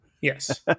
Yes